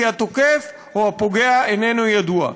כי התוקף או הפוגע איננו ידוע.